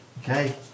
Okay